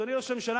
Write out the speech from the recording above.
אדוני ראש הממשלה,